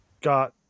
got